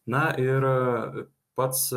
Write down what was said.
na ir pats